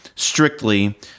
Strictly